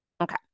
okay